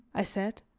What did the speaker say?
i said,